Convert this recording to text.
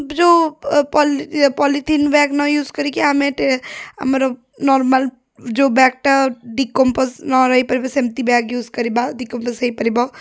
ଯେଉଁ poly polythene bag ନ use କରିକି ଆମେ ଆମର ନର୍ମାଲ୍ ଯେଉଁ ବ୍ୟାଗ୍ଟା ଡିକମ୍ପୋଜ୍ ନ ହେଇପାରିବ ସେଇ ବ୍ୟାଗ୍ ୟୁଜ୍ କରିବା ଡିକମ୍ପୋଜ୍ ହେଇପାରିବ